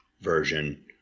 version